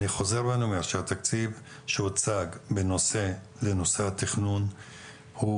אני חוזר ואני אומר שהתקציב שהוצג לנושא התכנון הוא